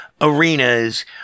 arenas